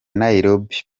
nairobi